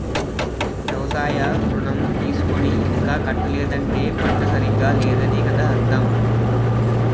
వ్యవసాయ ఋణం తీసుకుని ఇంకా కట్టలేదంటే పంట సరిగా లేదనే కదా అర్థం